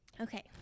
Okay